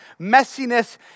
messiness